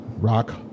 Rock